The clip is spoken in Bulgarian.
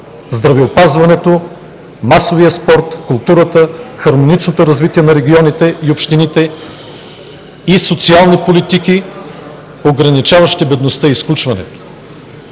здравеопазването, масовия спорт, културата, хармоничното развитие на регионите и общините и социални политики, ограничаващи бедността и изключването.